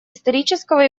исторического